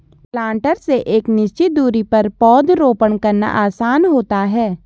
planter से एक निश्चित दुरी पर पौधरोपण करना आसान होता है